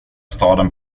staden